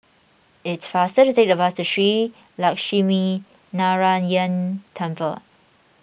it is faster to take the bus to Shree Lakshminarayanan Temple